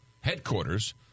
headquarters